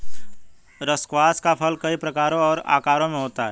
squash का फल कई प्रकारों और आकारों में होता है